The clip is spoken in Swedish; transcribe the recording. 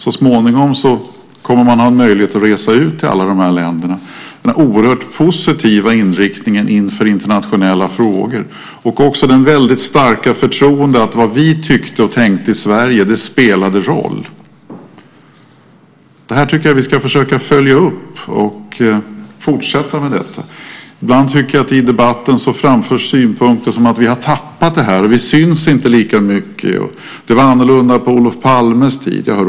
Så småningom fick man möjlighet att resa ut till alla de här länderna med den oerhört positiva inställningen till internationella frågor och också med det väldigt starka förtroendet att vad vi tyckte och tänkte i Sverige spelade roll. Det här tycker jag att vi ska fortsätta att följa upp. Jag hör ofta synpunkter i debatten som att vi har tappat det här, att vi inte syns lika mycket, att det var annorlunda på Olof Palmes tid.